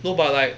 no but like